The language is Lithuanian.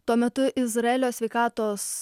tuo metu izraelio sveikatos